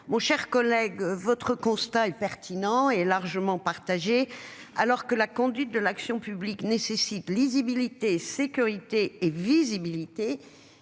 mon cher collègue. Votre constat est pertinent et largement partagée. Alors que la conduite de l'action publique nécessite lisibilité sécurité et visibilité.